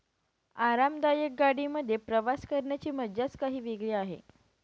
आरामदायक गाडी मध्ये प्रवास करण्याची मज्जाच काही वेगळी आहे